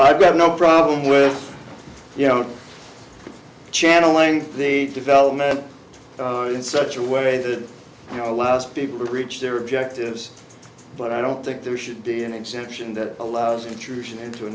i've got no problem with you know channeling the development in such a way that you know allows people to reach their objectives but i don't think there should be an exemption that allows intrusion into a